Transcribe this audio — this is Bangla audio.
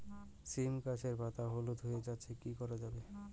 সীম গাছের পাতা হলুদ হয়ে যাচ্ছে কি করা যাবে?